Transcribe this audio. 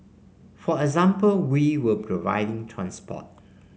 for example we were providing transport